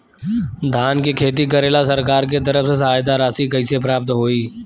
धान के खेती करेला सरकार के तरफ से सहायता राशि कइसे प्राप्त होइ?